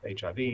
HIV